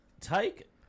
Take